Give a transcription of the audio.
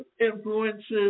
influences